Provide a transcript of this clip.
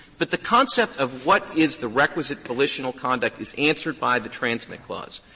but the concept of what is the requisite volitional conduct is answered by the transmit clause.